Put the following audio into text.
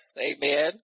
Amen